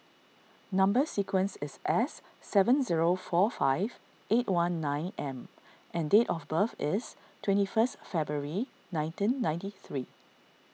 Number Sequence is S seven zero four five eight one nine M and date of birth is twenty first February nineteen ninety three